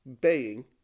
baying